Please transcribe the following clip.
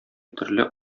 төрле